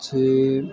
પછી